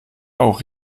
auch